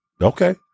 okay